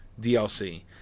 DLC